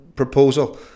proposal